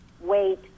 wait